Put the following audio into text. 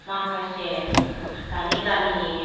माखासे दानि गामिनि